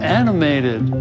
animated